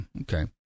Okay